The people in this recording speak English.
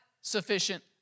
sufficient